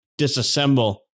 disassemble